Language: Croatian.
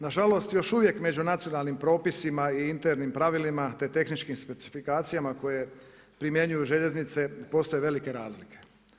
Nažalost, još uvijek među nacionalnim propisima i internim pravilima te tehničkim specifikacijama koje primjenjuju željeznice postoje velike razlike.